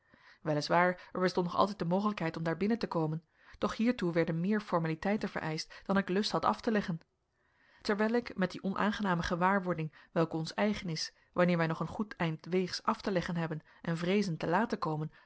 waar er bestond nog altijd mogelijkheid om daar binnen te komen doch hiertoe werden meer formaliteiten vereischt dan ik lust had af te leggen terwijl ik met die onaangename gewaarwording welke ons eigen is wanneer wij nog een goed eind weegs af te leggen hebben en vreezen te laat te komen